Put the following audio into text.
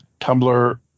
Tumblr